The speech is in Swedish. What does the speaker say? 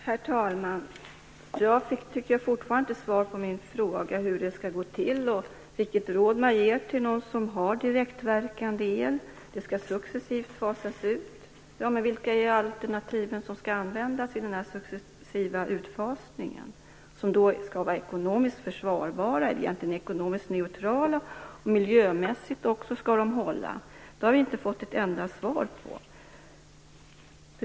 Herr talman! Jag tycker att jag fortfarande inte har fått svar på min fråga om hur det skall gå till och om vilket råd man ger till dem som har direktverkande el. Det skall ske en successiv utfasning. Men vilka är alternativen som skall användas i den successiva utfasningen? De skall ju vara ekonomiskt försvarbara och ekonomiskt neutrala, och miljömässigt skall de också hålla. Det har vi inte fått ett enda svar på.